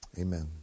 Amen